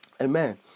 Amen